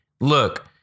Look